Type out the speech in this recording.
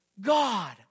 God